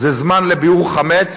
זה זמן לביעור חמץ,